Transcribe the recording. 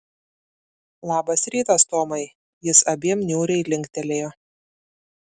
labas rytas tomai jis abiem niūriai linktelėjo